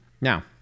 Now